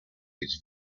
its